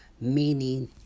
meaning